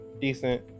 decent